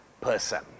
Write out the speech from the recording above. person